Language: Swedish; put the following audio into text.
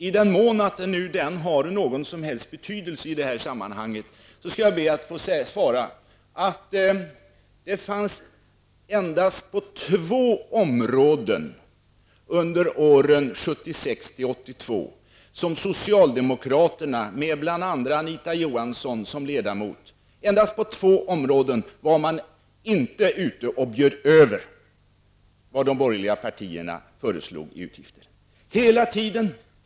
I den mån den nu har någon som helst betydelse i det här sammanhanget, så skall jag be att få svara att det under åren 1976--1982 endast var på två områden som socialdemokraterna, med bl.a. Anita Johansson som ledamot, inte bjöd över vad de borgerliga partierna föreslog i utgifter.